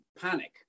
panic